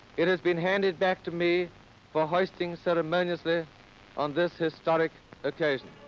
it has been handed back to me for hoisting ceremoniously on this historic occasion.